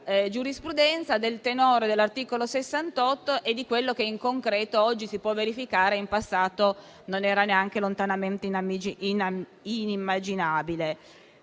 giurisprudenza, del tenore dell'articolo 68 e di quello che in concreto oggi si può verificare e in passato non era neanche lontanamente immaginabile.